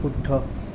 শুদ্ধ